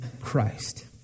Christ